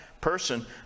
person